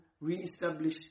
re-establish